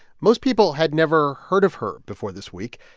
most people had never heard of her before this week.